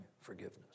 forgiveness